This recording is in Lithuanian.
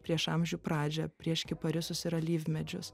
prieš amžių pradžią prieš kiparisus ir alyvmedžius